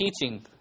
teaching